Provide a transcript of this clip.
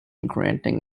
granting